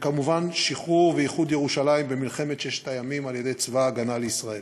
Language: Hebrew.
וכמובן שחרור ואיחוד ירושלים במלחמת ששת הימים על-ידי צבא ההגנה לישראל.